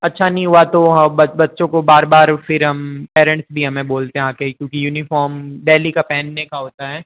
अच्छा नहीं हुआ तो बच्चों को बार बार फिर हम पेरेंट्स भी हमें बोलते हैं आ के क्योंकि यूनिफॉर्म डेली का पहनने का होता है